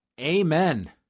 Amen